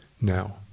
Now